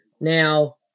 Now